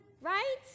right